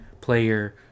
player